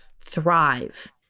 thrive